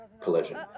collision